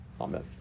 Amen